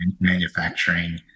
Manufacturing